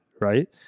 right